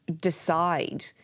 decide